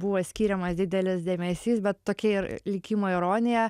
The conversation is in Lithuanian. buvo skiriamas didelis dėmesys bet tokia ir likimo ironija